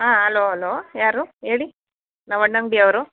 ಹಾಂ hello hello ಯಾರು ಹೇಳಿ ನಾವು ಹಣ್ಣಂಗ್ಡಿಯವರು